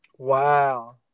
wow